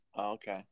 Okay